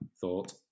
thought